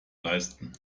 leisten